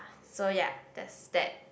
so ya there's that